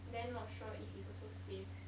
then not sure if it's also safe